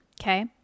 Okay